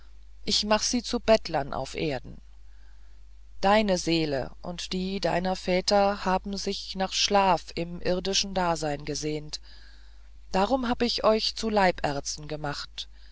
ich zu bettlern auf erden deine seele und die deiner väter haben sich nach schlaf im irdischen dasein gesehnt drum hab ich euch zu leibärzten gemacht